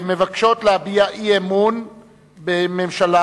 מבקש להביע אי-אמון בממשלה